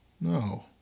No